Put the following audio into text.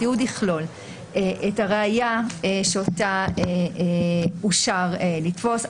התיעוד יכלול את הראיה שאותה אושר לחפש,